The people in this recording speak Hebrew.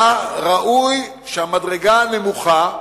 היה ראוי שהמדרגה הנמוכה,